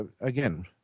again